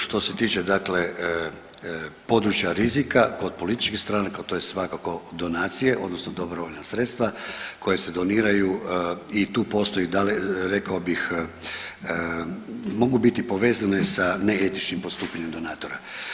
Što se tiče dakle područja rizika kod političkih stranka, to je svakako donacije, odnosno dobrovoljna sredstva koja se doniraju i tu postoji rekao bih, mogu biti povezane sa neetičnim postupanjem donatora.